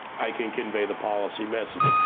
i can convey the policy message,